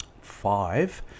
five